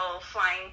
flying